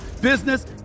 business